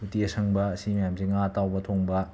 ꯎꯇꯤ ꯑꯁꯪꯕ ꯁꯤ ꯃꯌꯥꯝꯁꯤ ꯉꯥ ꯑꯇꯥꯎꯕ ꯊꯣꯡꯕ